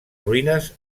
ruïnes